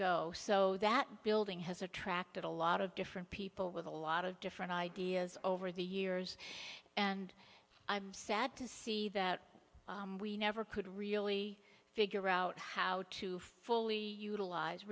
go so that building has attracted a lot of different people with a lot of different ideas over the years and i'm sad to see that we never could really figure out how to fully utilize